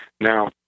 Now